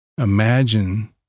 Imagine